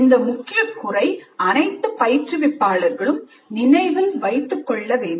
இந்த முக்கிய குறை அனைத்து பயிற்றுவிப்பாளர்களும் நினைவில் வைத்துக் கொள்ளவேண்டும்